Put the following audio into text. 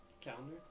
Calendar